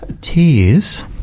tears